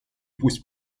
пусть